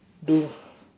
no